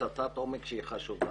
פצצת עומק שהיא חשובה.